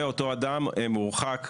ואותו אדם מורחק